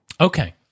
Okay